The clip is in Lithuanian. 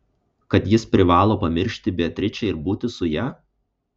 kad jis privalo pamiršti beatričę ir būti su ja